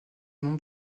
nom